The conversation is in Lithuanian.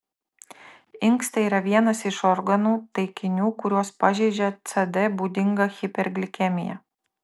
inkstai yra vienas iš organų taikinių kuriuos pažeidžia cd būdinga hiperglikemija